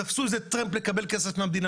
תפסו איזה טרמפ לקבל כסף מהמדינה.